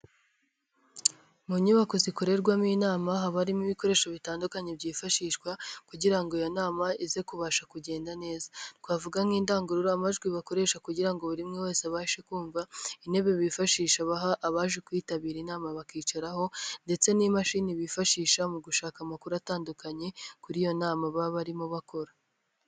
Mu nyubako zikorerwamo inama haba harimo ibikoresho bitandukanye byifashishwa kugira ngo iyo nama ize kubasha kugenda neza, twavuga nk'indangururamajwi bakoresha kugira ngo buri umwe wese abashe kumva, intebe bifashishaha abaje kuyitabira inama bakicaraho ndetse n'imashini bifashisha mu gushaka amakuru atandukanye, kuri iyo nama baba barimo bakora.